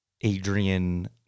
Adrian